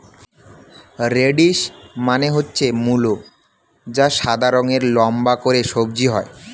radish মানে হচ্ছে মূলো যা সাদা রঙের লম্বা করে সবজি হয়